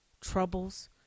troubles